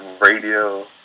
radio